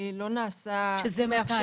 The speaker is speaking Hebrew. לא נעשה --- שזה מתי?